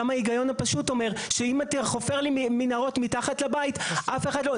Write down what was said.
גם ההיגיון הפשוט אומר שאם נת"ע חופר לי מנהרות מתחת לבית אף אחד לא,